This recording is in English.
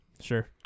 Sure